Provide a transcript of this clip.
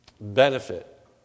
benefit